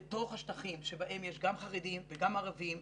לתוך השטחים שבהם יש גם חרדים וגם ערבים.